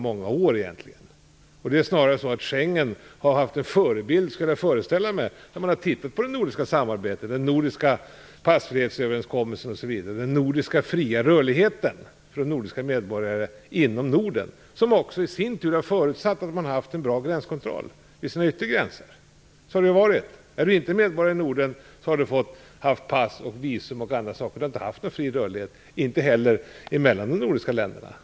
Det är snarare så att Schengenavtalet haft en förebild i det nordiska samarbetet, den nordiska passfrihetsöverenskommelsen och den fria nordiska rörligheten för nordiska medborgare inom Norden. Det har i sin tur förutsatt att vi haft en bra gränskontroll vid de yttre gränserna. Så har det varit. Är man inte medborgare i Norden får man ha haft pass och visum och andra handlingar. Man har inte haft någon fri rörlighet, inte heller mellan de nordiska länderna.